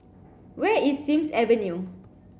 where is Sims Avenue